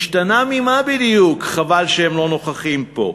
השתנה ממה בדיוק, חבל שהם לא נוכחים פה,